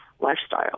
lifestyle